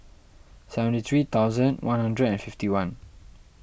seventy three thousand one hundred and fifty one